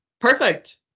Perfect